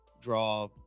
draw